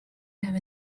have